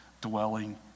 dwelling